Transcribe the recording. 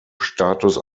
status